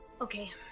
Okay